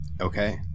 Okay